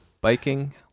biking